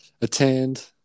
attend